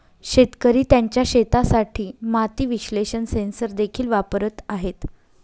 शेतकरी त्यांच्या शेतासाठी माती विश्लेषण सेन्सर देखील वापरत आहेत